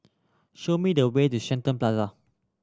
show me the way to Shenton Plaza